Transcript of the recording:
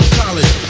college